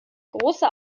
großer